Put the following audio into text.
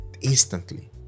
instantly